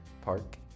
Park